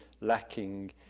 lacking